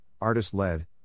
artist-led